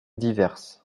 diverse